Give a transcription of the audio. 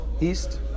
east